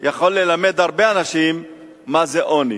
מה זה עוני.